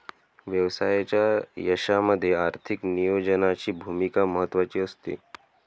व्यवसायाच्या यशामध्ये आर्थिक नियोजनाची भूमिका महत्त्वाची असते